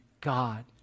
God